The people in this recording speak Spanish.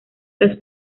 las